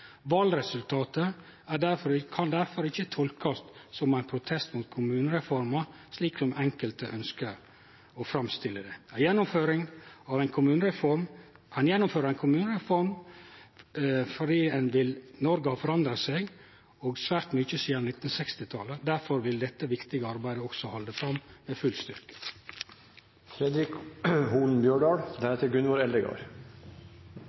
Valresultatet kan difor ikkje tolkast som ein protest mot kommunereforma, slik som enkelte ønskjer å framstille det. Ein gjennomfører ei kommunereform fordi Noreg har forandra seg svært mykje sidan 1960-talet. Difor vil dette viktige arbeidet halde fram med full